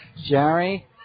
jerry